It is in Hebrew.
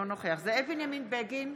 אינו נוכח זאב בנימין בגין,